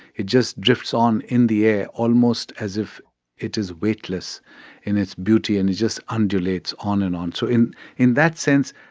it just drifts on in the air almost as if it is weightless in its beauty. and it just undulates on and on, so in in that sense,